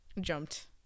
Jumped